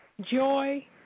joy